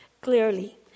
clearly